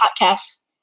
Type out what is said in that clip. podcasts